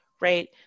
right